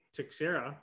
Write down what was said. Tixera